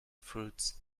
fruits